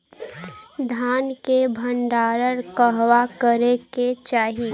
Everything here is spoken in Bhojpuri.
धान के भण्डारण कहवा करे के चाही?